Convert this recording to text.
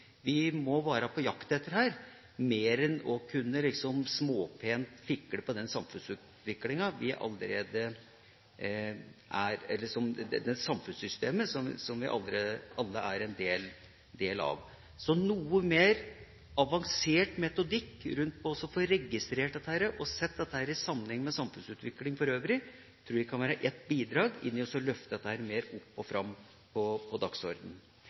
vi må være på jakt etter her, mer enn liksom småpent å flikke på det samfunnssystemet som vi alle er en del av. Noe mer avansert metodikk rundt å få registrert dette og sett dette i sammenheng med samfunnsutviklinga for øvrig tror jeg kan være ett bidrag til å løfte dette mer opp og fram på dagsordenen. Så til noe som har vært nevnt av flere. Hvis vi går ned på